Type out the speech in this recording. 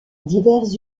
divers